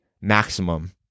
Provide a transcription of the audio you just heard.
maximum